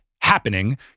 happening